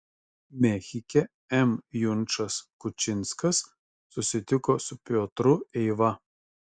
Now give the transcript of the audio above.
mechike m junčas kučinskas susitiko su piotru eiva